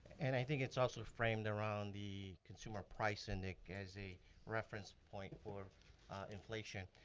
and i think it's also framed around the consumer price index as a reference point for inflation.